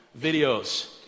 videos